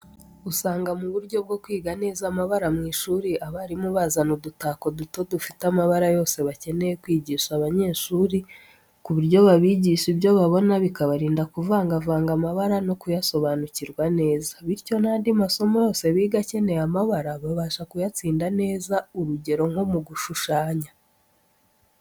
Usanga mu buryo bwo kwiga neza amabara mu ishuri, abarimu bazana udutako duto dufite amabara yose bakeneye kwigisha abanyeshuri, ku buryo babigisha ibyo babona bikabarinda kuvangavanga amabara no kuyasobanukirwa neza. Bityo, n’andi masomo yose biga akeneye amabara, babasha kuyatsinda neza, urugero nko mu gushushanya.